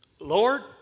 Lord